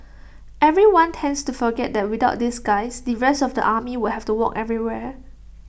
everyone tends to forget that without these guys the rest of the army would have to walk everywhere